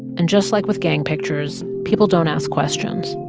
and, just like with gang pictures, people don't ask questions.